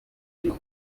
can